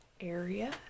area